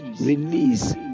release